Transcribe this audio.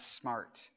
smart